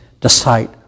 decide